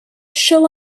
shall